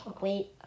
Wait